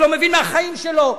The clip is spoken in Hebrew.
לא מבין מהחיים שלו,